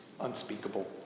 unspeakable